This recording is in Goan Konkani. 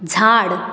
झाड